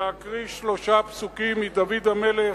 ולהקריא שלושה פסוקים שאמר דוד המלך,